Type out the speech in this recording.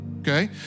okay